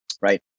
right